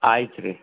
ಆಯ್ತು ರೀ